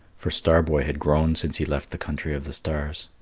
for star-boy had grown since he left the country of the stars.